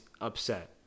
upset